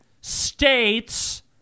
States